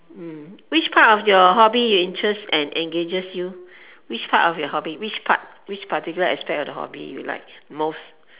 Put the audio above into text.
mm which part of you hobby interests and engages you which part which part of your hobby which part which particular aspect of your hobby you like most